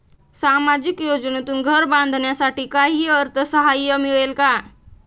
सामाजिक योजनेतून घर बांधण्यासाठी काही अर्थसहाय्य मिळेल का?